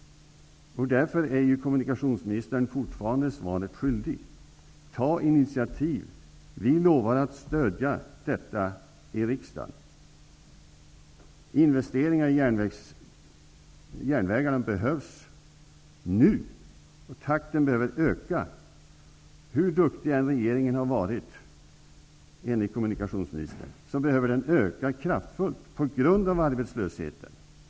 Därför är kommunikationsministern fortfarande svaret skyldig. Ta initiativ! Vi lovar att stödja det i riksdagen. Investeringarna i järnvägarna behövs nu. Hur duktig regeringen än har varit enligt kommunikationsministern behöver takten öka kraftfullt -- just på grund av arbetslösheten.